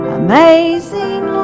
amazing